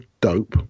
dope